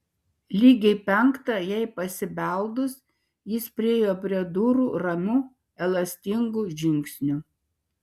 lygiai penktą jai pasibeldus jis priėjo prie durų ramiu elastingu žingsniu